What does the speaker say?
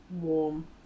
warm